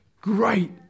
Great